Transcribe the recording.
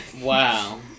Wow